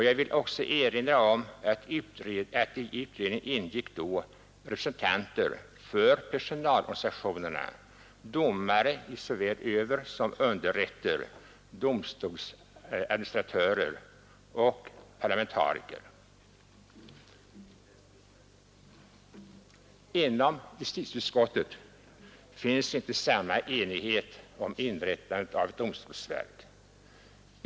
Jag vill erinra om att i utredningen ingick representanter för personalorganisationerna, domare i såväl översom underrätter, domstolsadministatörer och parlamentariker. Inom justitieutskottet finns inte samma enighet om inrättandet av ett domstolsverk.